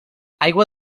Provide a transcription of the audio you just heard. aigua